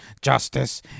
Justice